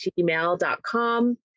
gmail.com